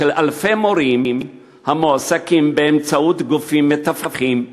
של אלפי מורים המועסקים באמצעות גופים מתווכים,